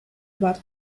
бар